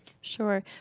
Sure